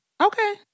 Okay